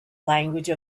language